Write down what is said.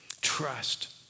trust